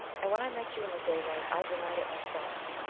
and when i met you in the daylight i denied it myself.